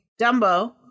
Dumbo